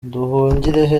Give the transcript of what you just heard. nduhungirehe